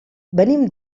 venim